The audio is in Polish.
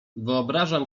wyobrażam